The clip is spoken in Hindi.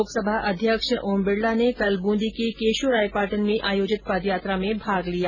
लोकसभा अध्यक्ष ओम बिडला ने कल बूंदी के केशोरायपाटन में आयोजित पद यात्रा में भाग लिया